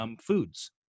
foods